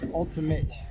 ultimate